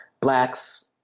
blacks